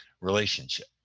relationship